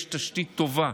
יש תשתית טובה,